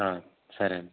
సరే అండి